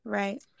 right